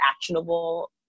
actionable